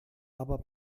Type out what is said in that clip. aber